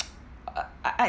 uh I I